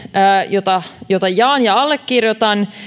jonka jaan ja allekirjoitan